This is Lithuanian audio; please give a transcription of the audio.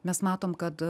mes matom kad